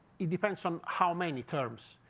it depends on how many terms.